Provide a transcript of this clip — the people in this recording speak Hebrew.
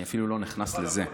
אני אפילו לא נכנס לזה.